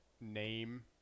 name